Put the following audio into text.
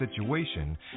situation